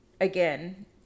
again